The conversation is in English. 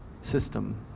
system